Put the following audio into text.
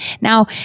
Now